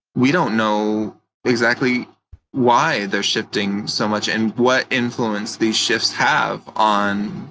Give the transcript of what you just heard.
we don't know exactly why they're shifting so much and what influence these shifts have on,